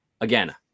again